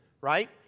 Right